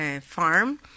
farm